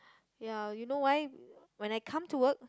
ya you know why when I come to work